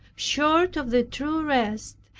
short of the true rest,